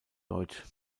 deutsch